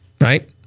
right